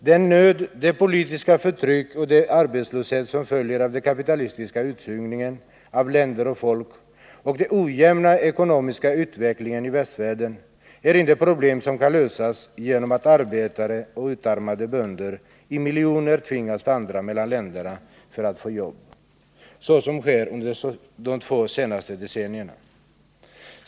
Den nöd, det politiska förtryck och den arbetslöshet, som följer av den kapitalistiska utsugningen av länder och folk och den ojämna ekonomiska utvecklingen i västvärlden, är inte problem som kan lösas genom att arbetare och utarmade bönder i miljoner tvingas vandra mellan länderna för att få jobb — såsom har skett under de två senaste decennierna.